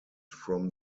from